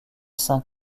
saint